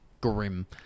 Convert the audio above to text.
grim